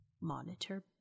Monitor